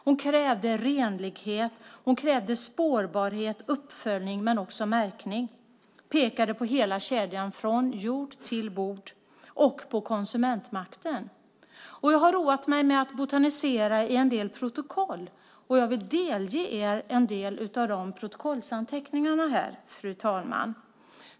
Hon krävde renlighet, spårbarhet, uppföljning och märkning. Hon pekade på hela kedjan från jord till bord och på konsumentmakten. Jag har roat mig med att botanisera i en del protokoll. Jag vill delge er en del av de protokollsanteckningarna, fru talman.